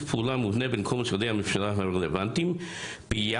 פעולה מובנה בין כל משרדי הממשלה הרלוונטיים ביחס